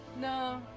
No